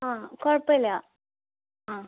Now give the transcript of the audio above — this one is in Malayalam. ആ കുഴപ്പമില്ല ആ